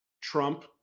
Trump